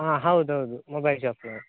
ಹಾಂ ಹೌದು ಹೌದು ಮೊಬೈಲ್ ಶಾಪ್ನೇ